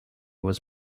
was